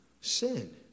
sin